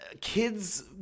Kids